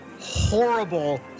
horrible